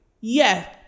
Yes